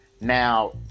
Now